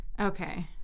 Okay